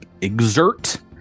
exert